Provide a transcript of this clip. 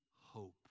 hope